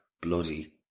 bloody